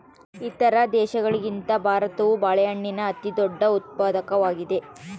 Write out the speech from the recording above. ಇತರ ದೇಶಗಳಿಗಿಂತ ಭಾರತವು ಬಾಳೆಹಣ್ಣಿನ ಅತಿದೊಡ್ಡ ಉತ್ಪಾದಕವಾಗಿದೆ